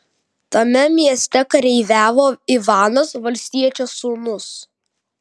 tame mieste kareiviavo ivanas valstiečio sūnus